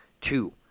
Two